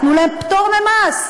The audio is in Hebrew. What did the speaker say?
תנו להם פטור ממס.